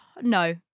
No